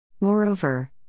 Moreover